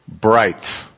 bright